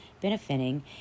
benefiting